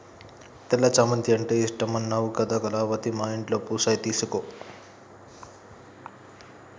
తెల్ల చామంతి అంటే ఇష్టమన్నావు కదా కళావతి మా ఇంట్లో పూసాయి తీసుకో